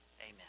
Amen